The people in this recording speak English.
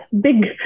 big